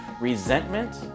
resentment